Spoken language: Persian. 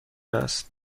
است